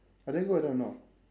I didn't go with them no